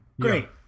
great